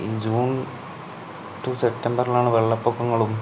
ഈ June to സെപ്റ്റംബര്ലാണ് വെള്ളപ്പൊക്കങ്ങളും